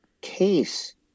case